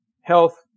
health